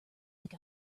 like